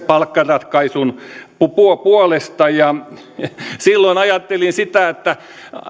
palkkaratkaisun puolesta silloin ajattelin sitä että